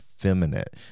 effeminate